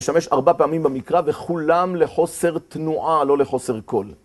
משמש ארבע פעמים במקרא וכולם לחוסר תנועה, לא לחוסר קול.